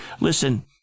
listen